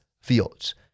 Fields